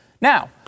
Now